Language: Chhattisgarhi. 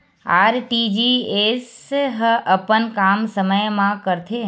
आर.टी.जी.एस ह अपन काम समय मा करथे?